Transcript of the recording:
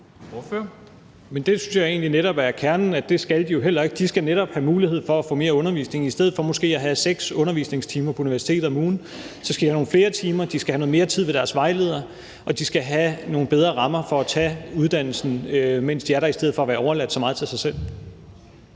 Det synes jeg egentlig netop er kernen, for det skal de jo heller ikke; de skal netop have mulighed for at få mere undervisning. I stedet for at have 6 undervisningstimer på universitetet om ugen, skal de have nogle flere timer, de skal have noget mere tid med deres vejledere, og de skal have nogle bedre rammer for at tage uddannelsen, mens de er der, i stedet for at være overladt så meget til sig selv.